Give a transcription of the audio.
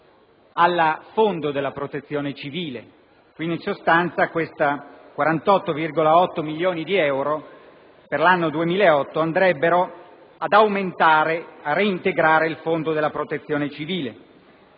al fondo della protezione civile; quindi, questi 48,8 milioni di euro per l'anno 2008 andrebbero a reintegrare il fondo della protezione civile.